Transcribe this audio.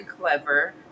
clever